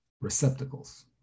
receptacles